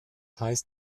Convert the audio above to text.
heißt